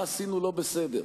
מה עשינו לא בסדר,